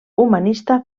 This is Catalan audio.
humanista